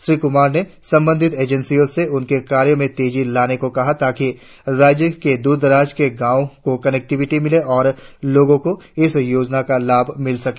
श्री कुमार ने संबंधित एजेंसी से उनके कार्यो में तेजी लाने को कहा ताकि राज्य के दूर दराज के गांव को कनेक्टिविटी मिले और लोगो को इस योजना का लाभ मिल सके